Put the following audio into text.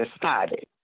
decided